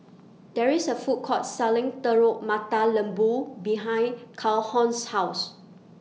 There IS A Food Court Selling Telur Mata Lembu behind Calhoun's House